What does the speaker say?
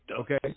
Okay